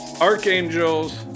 archangels